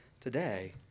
today